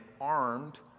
armed